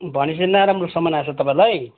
भने पछि नराम्रो सामान आएछ तपाईँलाई